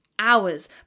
hours